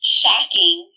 shocking